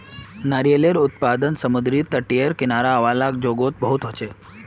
नारियालेर उत्पादन समुद्री तटेर किनारा वाला जोगो लात बहुत होचे